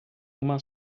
uma